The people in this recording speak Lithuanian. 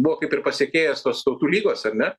buvo kaip ir pasekėjas tos tautų lygos ar ne